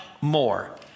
more